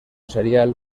serial